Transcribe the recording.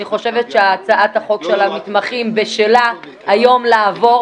אני חושבת שהצעת חוק המתמחים בשלה היום לעבור.